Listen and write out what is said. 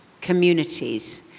communities